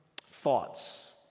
thoughts